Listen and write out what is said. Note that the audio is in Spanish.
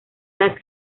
las